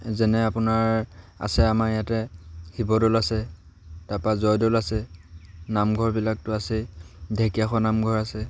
যেনে আপোনাৰ আছে আমাৰ ইয়াতে শিৱদৌল আছে তাৰপৰা জয়দৌল আছে নামঘৰবিলাকতো আছেই ঢেকীয়াখোৱা নামঘৰ আছে